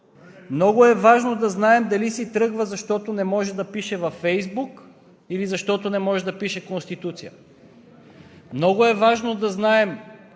Много е важно да знаем дали си тръгва, защото не може да пише във Фейсбук, или защото не може да пише Конституция. Много е важно да знаем